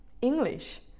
English